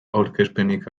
aurkezpenik